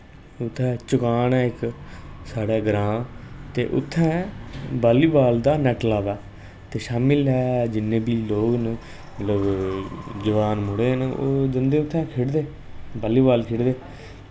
उत्थैं चोगान ऐ इक साढ़े ग्रां ते उत्थैं बालीबाल दा नैट लादा ते शामी लै जिन्ने बी लोक न मतलव जवान मुड़े न उत्थैं खेलदे